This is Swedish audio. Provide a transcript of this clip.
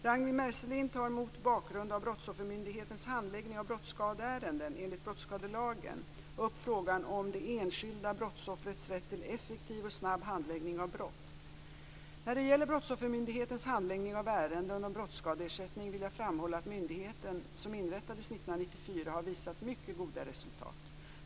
Ragnwi Marcelind tar mot bakgrund av Brottsoffermyndighetens handläggning av brottsskadeärenden enligt brottsskadelagen upp frågan om det enskilda brottsoffrets rätt till effektiv och snabb handläggning av brott. När det gäller Brottsoffermyndighetens handläggning av ärenden om brottsskadeersättning vill jag framhålla att myndigheten, som inrättades 1994, har visat mycket goda resultat.